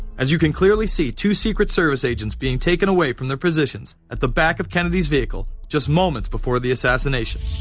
as you can clearly see, two secret service agents being taken away from their positions. at the back of kennedy's vehicle. just moments before the assassination.